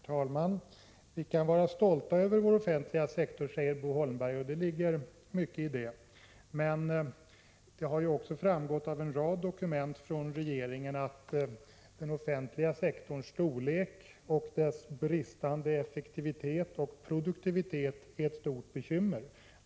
Herr talman! Vi kan vara stolta över vår offentliga sektor, säger Bo Holmberg, och det ligger mycket i det. Men det har också framgått av en rad dokument från regeringen att den offentliga sektorns storlek och dess bristande effektivitet och produktivitet är ett stort bekymmer.